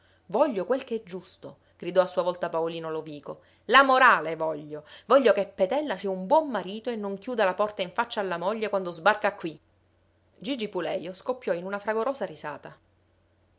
voglio quel ch'è giusto gridò a sua volta paolino lovico la morale voglio voglio che petella sia un buon marito e non chiuda la porta in faccia alla moglie quando sbarca qui gigi pulejo scoppiò in una fragorosa risata